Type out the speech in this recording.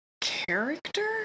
character